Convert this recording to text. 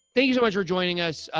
thank you so much for joining us.